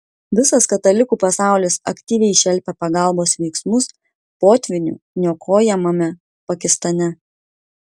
visas katalikų pasaulis aktyviai šelpia pagalbos veiksmus potvynių niokojamame pakistane